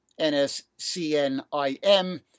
NSCNIM